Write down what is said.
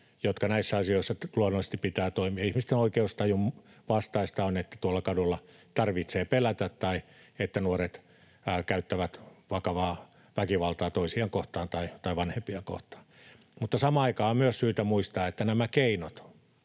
joiden näissä asioissa luonnollisesti pitää toimia. Ihmisten oikeustajun vastaista on, että tuolla kadulla tarvitsee pelätä tai että nuoret käyttävät vakavaa väkivaltaa toisiaan kohtaan tai vanhempiaan kohtaan. Mutta samaan aikaan on myös syytä muistaa, että nämä keinot